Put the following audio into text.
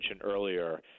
earlier